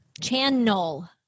channel